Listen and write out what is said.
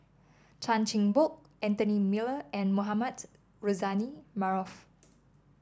Chan Chin Bock Anthony Miller and Mohamed Rozani Maarof